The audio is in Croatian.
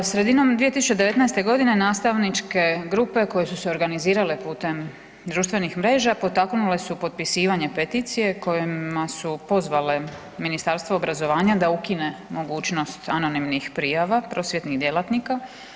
Sredinom 2019.g. nastavničke grupe koje su se organizirale putem društvenih mreža potaknule su potpisivanje peticije kojima su pozvale Ministarstvo obrazovanja da ukine mogućnost anonimnih prijava prosvjetnih djelatnika.